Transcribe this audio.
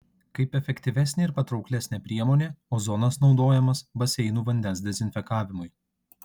kaip efektyvesnė ir patrauklesnė priemonė ozonas naudojamas baseinų vandens dezinfekavimui